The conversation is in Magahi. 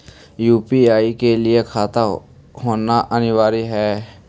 यु.पी.आई के लिए खाता होना अनिवार्य है?